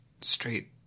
straight